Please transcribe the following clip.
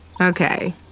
Okay